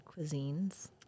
cuisines